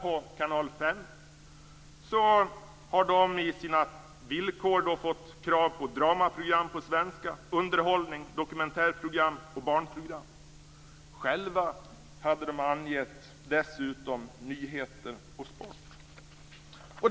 I villkoren för Kanal 5 ingår krav på dramaprogram på svenska, underhållning, dokumentärprogram och barnprogram. Själva hade de dessutom angett att de ville sända nyheter och sport.